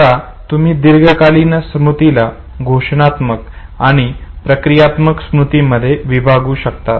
आता तुम्ही दीर्घकालीन स्मृतीला घोषणात्मक आणि प्रक्रियात्मक स्मृतीमध्ये विभागू शकतात